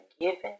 given